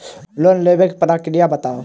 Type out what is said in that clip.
Loan लेबाक प्रक्रिया बताऊ?